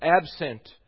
absent